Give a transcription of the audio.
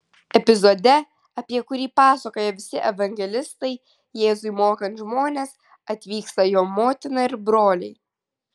epizode apie kurį pasakoja visi evangelistai jėzui mokant žmones atvyksta jo motina ir broliai